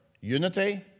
unity